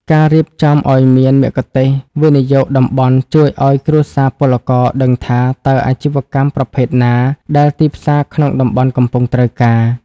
ការរៀបចំឱ្យមាន "មគ្គុទ្ទេសក៍វិនិយោគតំបន់" ជួយឱ្យគ្រួសារពលករដឹងថា តើអាជីវកម្មប្រភេទណាដែលទីផ្សារក្នុងតំបន់កំពុងត្រូវការ។